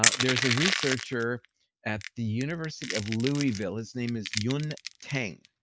ah there's a researcher at the university of louisville, his name is yun teng,